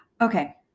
Okay